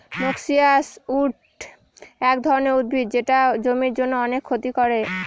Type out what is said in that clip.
noxious weed এক ধরনের উদ্ভিদ যেটা জমির জন্য অনেক ক্ষতি করে